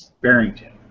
Barrington